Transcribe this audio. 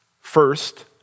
First